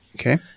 Okay